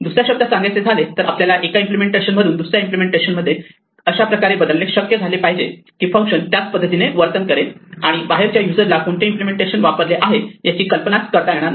दुसऱ्या शब्दात सांगायचे झाले तर आपल्याला एका इम्प्लिमेंटेशन मधून दुसऱ्या इम्पलेमेंटेशन मध्ये अशाप्रकारे बदलणे शक्य झाले पाहिजे की फंक्शन त्याचपद्धतीने वर्तन करेल आणि बाहेरच्या युजरला कोणते इम्पलेमेंटेशन वापरले आहे याची कल्पनाच येणार नाही